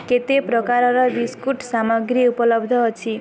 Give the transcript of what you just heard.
କେତେ ପ୍ରକାରର ବିସ୍କୁଟ୍ ସାମଗ୍ରୀ ଉପଲବ୍ଧ ଅଛି